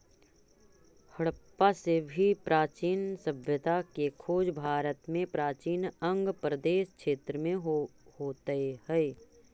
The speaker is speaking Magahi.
हडप्पा से भी प्राचीन सभ्यता के खोज भारत में प्राचीन अंग प्रदेश क्षेत्र में होइत हई